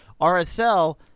RSL